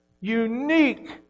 unique